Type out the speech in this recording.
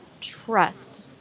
trust